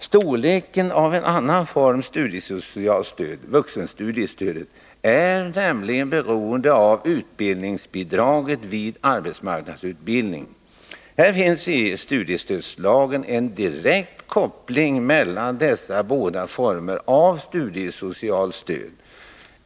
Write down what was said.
Storleken av en annan form av studiesocialt stöd, vuxenstudiestödet, är nämligen beroende av utbildningsbidraget vid arbetsmarknadsutbildning. Här finns i studiestödslagen en direkt koppling mellan dessa båda former av studiesocialt stöd.